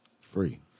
Free